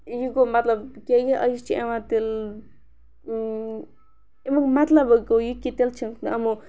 یہِ گوٚو مطلب کہِ یہِ أسۍ چھِ یِوان تیٚلہِ اَمیُک مطلب گوٚو یہِ کہِ تیٚلہِ چھِ یِمو